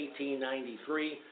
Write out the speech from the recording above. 1893